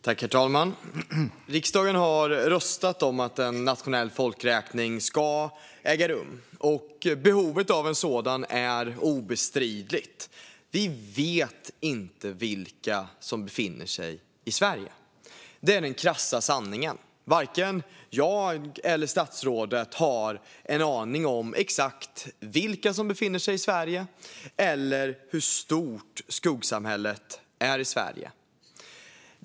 Herr talman! Riksdagen har röstat om att en nationell folkräkning ska äga rum, och behovet av en sådan är obestridligt. Vi vet inte vilka som befinner sig i Sverige. Detta är den krassa sanningen. Varken jag eller statsrådet har en aning om exakt vilka som befinner sig i Sverige eller hur stort skuggsamhället är.